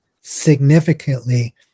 significantly